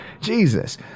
jesus